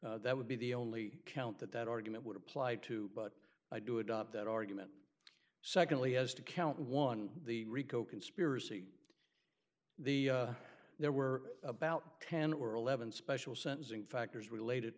that would be the only count that that argument would apply to but i do adopt that argument secondly as to count one the rico conspiracy the there were about ten or eleven special sentencing factors related